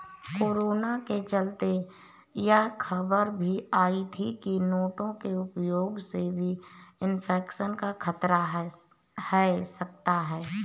corona के चलते यह खबर भी आई थी की नोटों के उपयोग से भी इन्फेक्शन का खतरा है सकता है